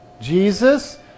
Jesus